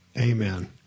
Amen